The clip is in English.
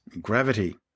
gravity